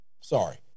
Sorry